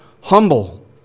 humble